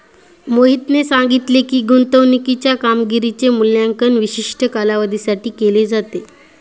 मोहितने सांगितले की, गुंतवणूकीच्या कामगिरीचे मूल्यांकन विशिष्ट कालावधीसाठी केले जाते